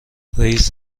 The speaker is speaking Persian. رییس